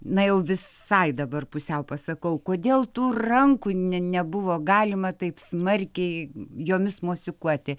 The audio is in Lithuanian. na jau visai dabar pusiau pasakau kodėl tų rankų ne nebuvo galima taip smarkiai jomis mosikuoti